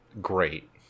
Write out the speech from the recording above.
great